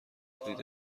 دارید